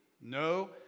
No